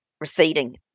Receding